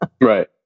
right